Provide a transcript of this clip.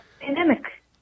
pandemic